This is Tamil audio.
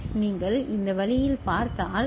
எனவே நீங்கள் இந்த வழியில் பார்த்தால்